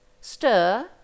stir